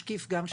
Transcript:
משקיף גם שלנו.